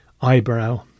eyebrow